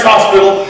Hospital